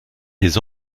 des